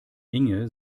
inge